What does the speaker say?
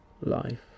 life